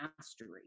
mastery